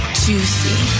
juicy